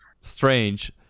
strange